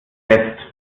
fest